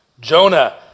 Jonah